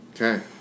Okay